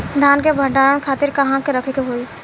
धान के भंडारन खातिर कहाँरखे के होई?